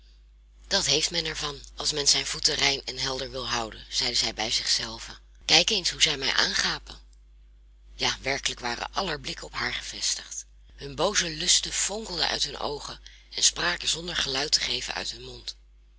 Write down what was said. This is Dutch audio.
dat heeft men er van als men zijn voeten rein en helder wil houden zeide zij bij zich zelve kijk eens hoe zij mij aangapen ja werkelijk waren aller blikken op haar gevestigd hun booze lusten fonkelden hun uit de oogen en spraken zonder geluid te geven uit hun mond